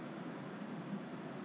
and pour in 那个 A&W